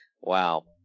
Wow